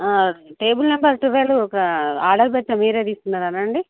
table number twelve ఒక order పెట్టాం మీరే తీసుకున్నారు కదండీ